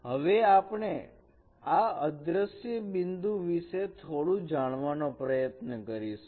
હવે આપણે આ અદ્રશ્ય બિંદુ વિશે થોડું જાણવાનો પ્રયત્ન કરશુ